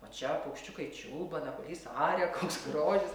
o čia paukščiukai čiulba napalys aria koks grožis